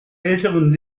älteren